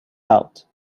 out